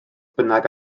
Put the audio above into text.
bynnag